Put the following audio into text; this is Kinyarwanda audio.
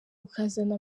ukazana